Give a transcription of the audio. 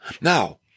Now